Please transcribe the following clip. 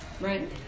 right